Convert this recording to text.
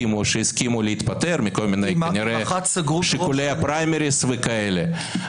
שהסכימו להתפטר, כנראה משיקולי הפריימריז וכאלה.